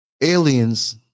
aliens